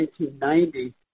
1990